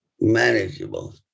manageable